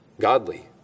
godly